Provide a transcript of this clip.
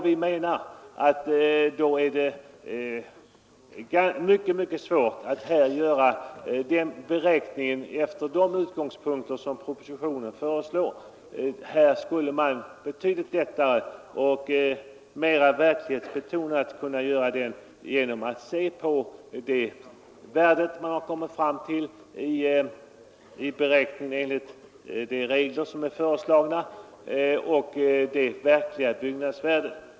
Vi menar att det är mycket svårt att göra den beräkningen efter de utgångspunkter som propositionen föreslår. Man skulle betydligt lättare och mera verklighetsbetonat kunna göra den genom att se på det värde man kommit fram till vid beräkning enligt de regler som är föreslagna och det verkliga byggnadsvärdet.